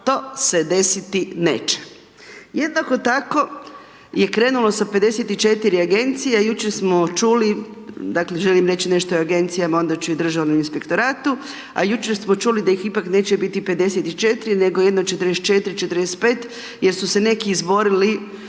to se desiti neće. Jednako tako je krenulo sa 54 agencije, jučer smo čuli, dakle želim reći nešto o agencijama, a ona ću i o Državnom inspektoratu, a jučer smo čuli da ih ipak neće biti 54 nego jedno 44, 45 jer su se neki izborili